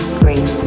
green